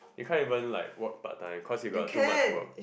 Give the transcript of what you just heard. you can't even like work part time cause you got too much work